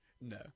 no